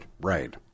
right